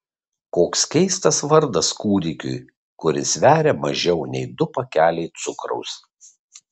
koks keistas vardas kūdikiui kuris sveria mažiau nei du pakeliai cukraus